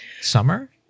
Summer